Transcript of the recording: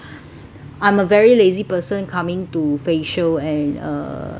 I'm a very lazy person coming to facial and uh